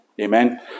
amen